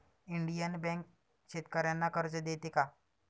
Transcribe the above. Indian bank शेतकर्यांना कर्ज देते का?